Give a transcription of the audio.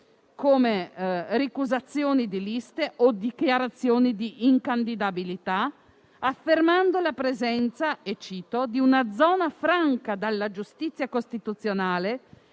come ricusazioni di liste o dichiarazioni di incandidabilità, affermando la presenza «di una zona franca dalla giustizia costituzionale,